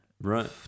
Right